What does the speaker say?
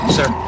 Sir